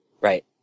right